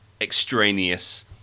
extraneous